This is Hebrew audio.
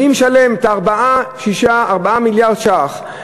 מי משלם את 4.6 מיליארד השקלים?